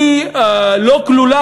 היא לא כלולה,